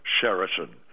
Sheraton